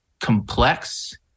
complex